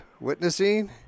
witnessing